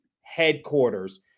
headquarters